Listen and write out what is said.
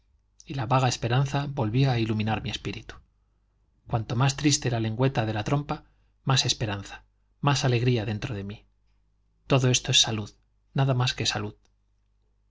y la vaga esperanza volvía a iluminar mi espíritu cuanto más triste la lengüeta de la trompa más esperanza más alegría dentro de mí todo esto es salud nada más que salud